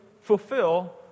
fulfill